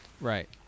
Right